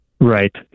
Right